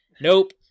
nope